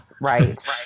right